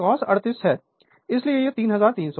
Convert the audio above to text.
तो यह cos 38 o है इसलिए यह 3300 वाट है